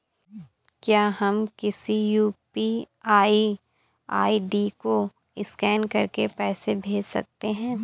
क्या हम किसी यू.पी.आई आई.डी को स्कैन करके पैसे भेज सकते हैं?